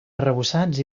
arrebossats